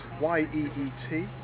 Y-E-E-T